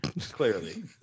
Clearly